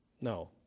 No